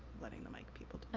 letting the mic people